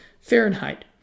Fahrenheit